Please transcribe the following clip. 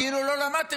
כאילו לא למדתם,